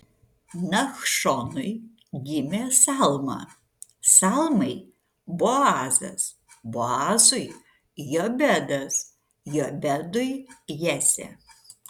nachšonui gimė salma salmai boazas boazui jobedas jobedui jesė